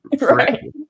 right